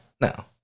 No